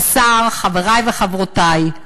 השר, חברי וחברותי,